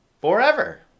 forever